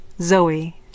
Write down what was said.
Zoe